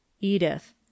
Edith